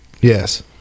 Yes